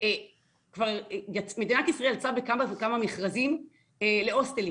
מדינת ישראל יצאה בכמה מכרזים להוסטלים